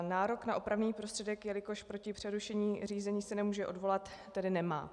Nárok na opravný prostředek, jelikož proti přerušení řízení se nemůže odvolat, tedy nemá.